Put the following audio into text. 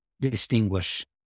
distinguish